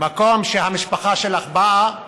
המקום שממנו המשפחה שלך באה,